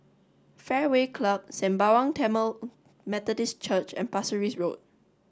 Fairway Club Sembawang Tamil Methodist Church and Pasir Ris Road